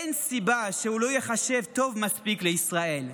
אין סיבה שהוא לא ייחשב טוב מספיק בישראל,